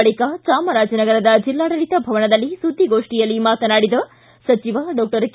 ಬಳಿಕ ಚಾಮರಾಜನಗರದ ಜಿಲ್ಲಾಡಳಿತ ಭವನದಲ್ಲಿ ಸುದ್ದಿಗೋಷ್ಟಿಯಲ್ಲಿ ಮಾತನಾಡಿದ ಸಚಿವ ಡಾಕ್ಷರ್ ಕೆ